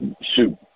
Shoot